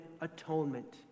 atonement